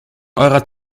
eurer